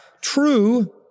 true